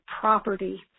property